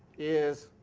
is